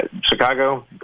Chicago